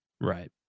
Right